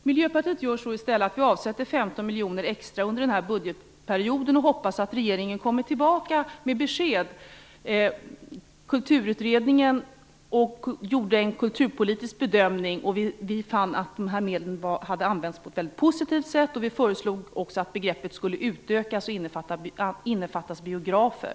Miljöpartiet avsätter i stället 15 miljoner kronor extra under budgetperioden och hoppas att regeringen kommer tillbaka med besked. Kulturutredningen gjorde en kulturpolitisk bedömning, och vi fann att dessa medel hade använts på ett väldigt positivt sätt. Vi föreslog att begreppet skulle utökas till att innefatta även biografer.